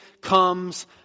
comes